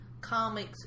comics